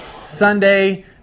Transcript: Sunday